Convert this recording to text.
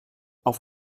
auf